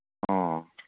ꯑꯣ